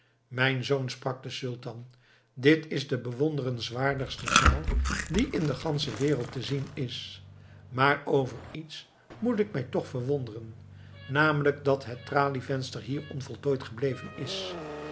mijn zoon sprak de sultan dit is de bewonderenswaardigste zaal die in de gansche wereld te zien is maar over iets moet ik mij toch verwonderen namelijk dat het tralievenster hier onvoltooid gebleven is